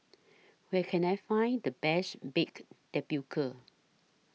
Where Can I Find The Best Baked Tapioca